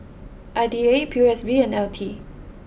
I D A P O S B and L T